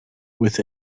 with